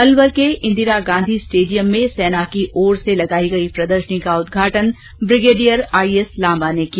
अलवर के इंदिरा गांधी स्टेडियम में सेना की ओर से लगायी गयी प्रदर्शनी का उद्घाटन ब्रिगेडियर आई एस लांबा ने किया